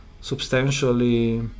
substantially